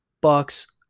Bucks